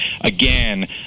again